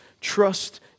trust